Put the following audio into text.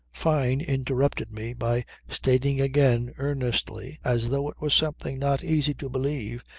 fyne interrupted me by stating again earnestly, as though it were something not easy to believe,